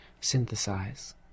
Synthesize